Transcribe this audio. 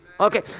Okay